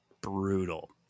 brutal